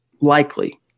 likely